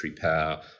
power